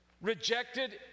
Rejected